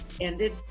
ended